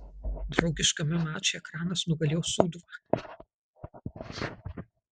draugiškame mače ekranas nugalėjo sūduvą